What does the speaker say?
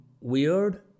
weird